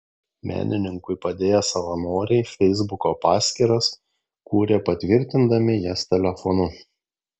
menininkui padėję savanoriai feisbuko paskyras kūrė patvirtindami jas telefonu